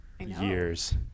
Years